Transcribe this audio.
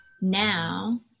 now